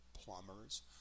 plumbers